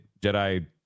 Jedi